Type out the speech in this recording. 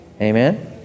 amen